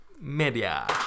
Media